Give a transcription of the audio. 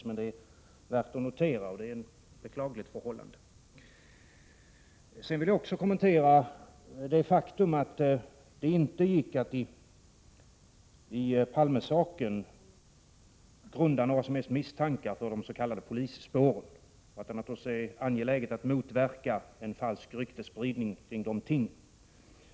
Det är värt att notera, och det är ett beklagligt förhållande: Jag vill också kommentera det faktum att det i Palmesaken inte gick att grunda några som helst misstankar för de s.k. polisspåren. Det är angeläget att motverka en falsk ryktesspridning kring de tingen.